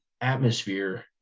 atmosphere